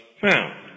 found